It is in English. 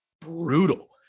brutal